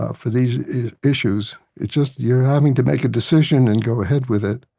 ah for these issues. it's just you're having to make a decision and go ahead with it.